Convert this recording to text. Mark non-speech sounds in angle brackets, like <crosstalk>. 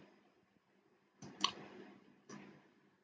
<noise>